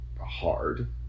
hard